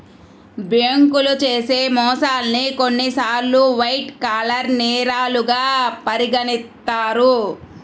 బ్యేంకులు చేసే మోసాల్ని కొన్నిసార్లు వైట్ కాలర్ నేరాలుగా పరిగణిత్తారు